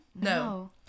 No